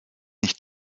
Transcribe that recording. nicht